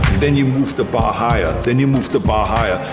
then you move the bar higher, then you move the bar higher.